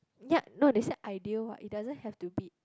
ya no they say ideal what it doesn't have to be